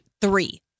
three